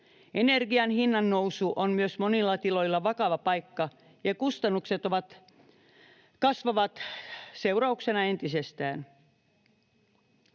Energian hinnannousu on myös monilla tiloilla vakava paikka, ja kustannukset kasvavat sen seurauksena entisestään.